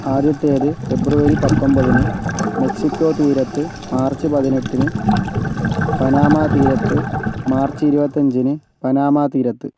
ആദ്യത്തേത് ഫെബ്രുവരി പത്തൊൻപതിന് മെക്സിക്കോ തീരത്ത് മാർച്ച് പതിനെട്ടിന് പനാമ തീരത്ത് മാർച്ച് ഇരുപത്തഞ്ചിന്ന് പനാമ തീരത്ത്